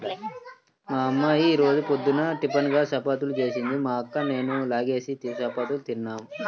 మా యమ్మ యీ రోజు పొద్దున్న టిపిన్గా చపాతీలు జేసింది, మా అక్క నేనూ నాల్గేసి చపాతీలు తిన్నాం